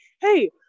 Hey